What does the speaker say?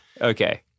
Okay